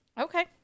Okay